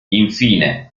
infine